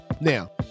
Now